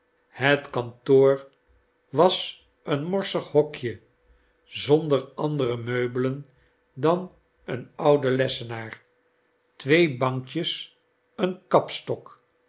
het kantoor was een morsig hokje zonder andere meubelen dan een ouden lessenaar twee bankjes een kapstok